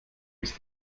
ist